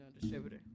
distributor